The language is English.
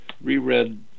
reread